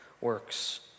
works